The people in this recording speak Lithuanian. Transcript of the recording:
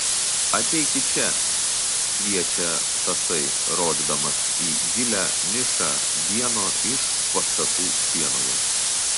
ateikit čia kviečia tasai rodydamas į gilią nišą vieno iš pastatų sienoje